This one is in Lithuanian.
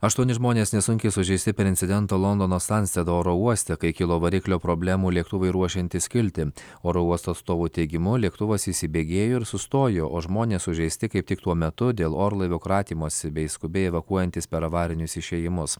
aštuoni žmonės nesunkiai sužeisti per incidento londono stanstedo oro uoste kai kilo variklio problemų lėktuvui ruošiantis kilti oro uosto atstovų teigimu lėktuvas įsibėgėjo ir sustojo o žmonės sužeisti kaip tik tuo metu dėl orlaivio kratymosi bei skubiai evakuojantis per avarinius išėjimus